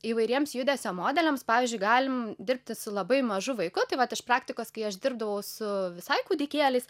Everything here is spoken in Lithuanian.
įvairiems judesio modeliams pavyzdžiui galim dirbti su labai mažu vaiku tai vat iš praktikos kai aš dirbdavau su visai kūdikėliais